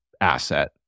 asset